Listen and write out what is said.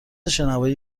شنوایی